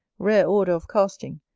rare order of casting,